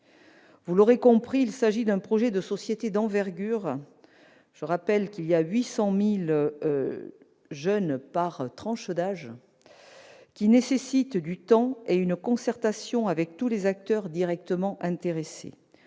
Vous l'aurez compris, il s'agit d'un projet de société d'envergure- on compte, je le rappelle, 800 000 jeunes par tranche d'âge -, qui nécessite du temps et une concertation avec tous les acteurs directement intéressés.